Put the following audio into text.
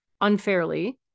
unfairly